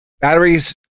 batteries